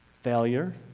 failure